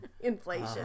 Inflation